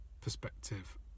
perspective